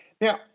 Now